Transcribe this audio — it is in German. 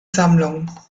sammlung